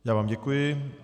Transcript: Já vám děkuji.